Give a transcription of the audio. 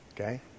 okay